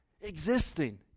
existing